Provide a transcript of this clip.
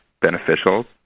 beneficial